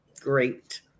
Great